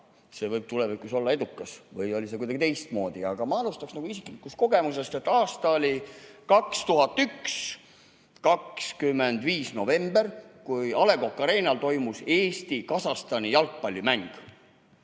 võib tulevikus olla edukas, või oli see kuidagi teistmoodi. Aga ma alustan isiklikust kogemusest. Aasta oli 2001, 25. november, kui A. Le Coq Arenal toimus Eesti-Kasahstani jalgpallimäng.